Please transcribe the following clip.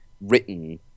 written